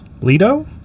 Lido